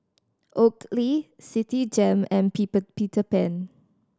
Oakley Citigem and Peter Pan